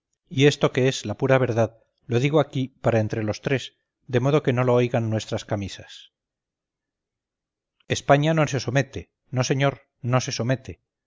y esto que es la pura verdad lo digo aquí para entre los tres de modo que no lo oigan nuestras camisas españa no se somete no señor no se somete